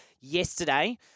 yesterday